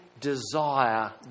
desire